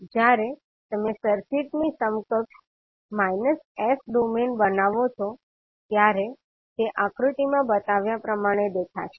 જ્યારે તમે સર્કિટની સમકક્ષ માઇનસ s ડોમેન બનાવો છો ત્યારે તે આકૃતિમાં બતાવ્યા પ્રમાણે દેખાશે